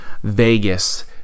Vegas